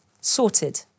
sorted